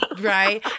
right